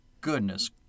goodness